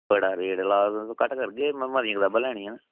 बड़ा रेट लाए दा तुसें घट्ट करगे में मतियां कताबां लैनियां